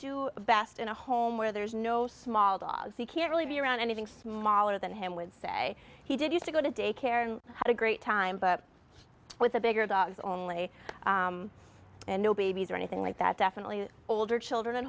do best in a home where there's no small dogs he can't really be around anything smaller than him would say he did used to go to daycare and had a great time but with the bigger dogs only and no babies or anything like that definitely older children